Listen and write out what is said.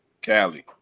Cali